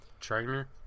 trainer